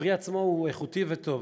הפרי עצמו הוא איכותי וטוב.